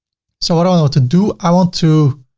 so what do i want to do? i want to